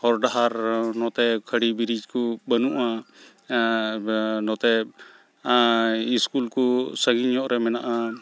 ᱦᱚᱨᱼᱰᱟᱦᱟᱨ ᱱᱚᱛᱮ ᱠᱷᱟᱹᱲᱤ ᱵᱨᱤᱡᱽᱠᱚ ᱵᱟᱹᱱᱩᱜᱼᱟ ᱱᱚᱛᱮ ᱤᱥᱠᱩᱞᱠᱚ ᱥᱟᱺᱜᱤᱧᱼᱧᱚᱜᱨᱮ ᱢᱮᱱᱟᱜᱼᱟ